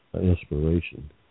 inspiration